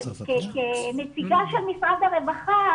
כנציגה של משרד הרווחה,